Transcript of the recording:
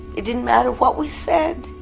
it didn't matter what we said.